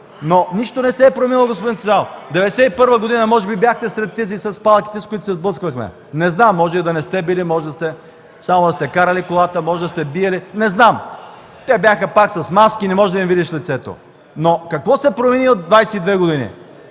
Нищо не се е променило, господин Цветанов! През 1991 г. може би бяхте сред тези с палките, с които се сблъсквахме? Не знам, може и да не сте биели, може само да сте карали колата, може да сте биели – не знам! Те бяха пак с маски и не можеш да им видиш лицата. Какво се промени от 22 години,